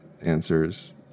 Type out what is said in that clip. answers